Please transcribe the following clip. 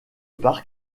part